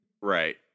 right